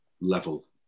level